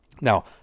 Now